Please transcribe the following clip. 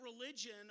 religion